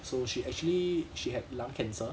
so she actually she had lung cancer